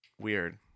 weird